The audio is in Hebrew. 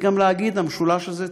צריך גם להגיד במשולש הזה,